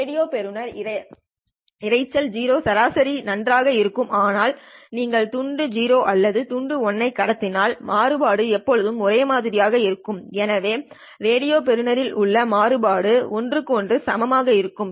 radio பெறுநர் இரைச்சல் 0 சராசரி நன்றாக இருக்கும் ஆனால் நீங்கள் துண்டு 0 அல்லது துண்டு 1 ஐ கடத்தினால் மாறுபாடு எப்போதும் ஒரே மாதிரியாக இருக்கும் எனவே ரேடியோ பெறுநரில் உள்ள மாறுபாடு ஒன்றுக்கு ஒன்று சமமாக இருக்கும்